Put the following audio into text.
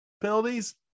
penalties